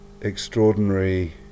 extraordinary